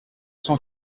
cent